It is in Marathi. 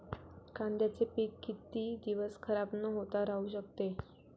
कांद्याचे पीक किती दिवस खराब न होता राहू शकते?